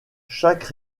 chaque